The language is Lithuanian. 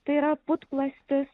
tai yra putplastis